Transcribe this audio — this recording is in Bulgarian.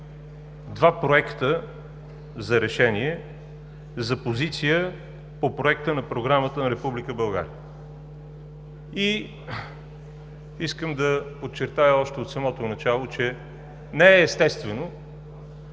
два проекта за решение за позиция по Проекта на програмата на Република България. Искам да подчертая още от самото начало, че не е естествено